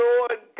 Lord